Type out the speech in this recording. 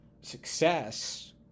success